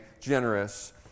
generous